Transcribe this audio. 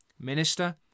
Minister